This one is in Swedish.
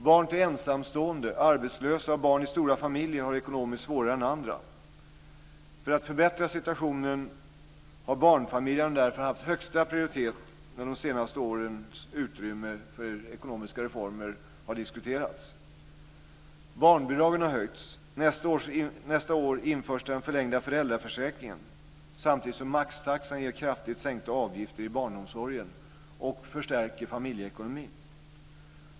Barn till ensamstående och arbetslösa och barn i stora familjer har det ekonomiskt svårare än andra. För att förbättra situationen har barnfamiljerna därför haft högsta prioritet när de senaste årens utrymme för ekonomiska reformer har diskuterats. Barnbidragen har höjts. Nästa år införs den förlängda föräldraförsäkringen samtidigt som maxtaxan ger kraftigt sänkta avgifter i barnomsorgen och förstärker familjeekonomin.